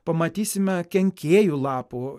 pamatysime kenkėjų lapų